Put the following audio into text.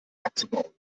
abzubauen